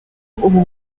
ubu